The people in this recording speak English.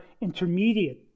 intermediate